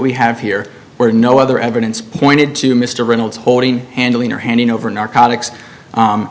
we have here where no other evidence pointed to mr reynolds holding handling or handing over narcotics